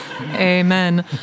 Amen